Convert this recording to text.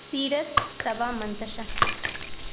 سیرت سبا منتشا